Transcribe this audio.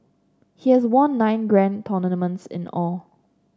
he has won nine grand tournaments in all